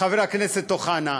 חבר הכנסת אוחנה?